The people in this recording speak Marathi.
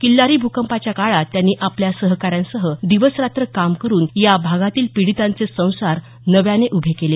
किल्लारी भूकंपाच्या काळात त्यांनी आपल्या सहकार्यांसह दिवसरात्र काम करून या भागातील पिडीतांचे संसार नव्याने उभे केले